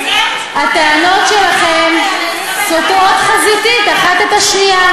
הטענות שלכם סותרות חזיתית אחת את השנייה.